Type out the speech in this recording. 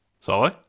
Sorry